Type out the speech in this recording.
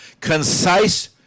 concise